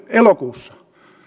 elokuussa